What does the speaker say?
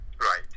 right